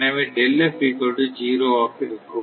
எனவே ஆக இருக்கும்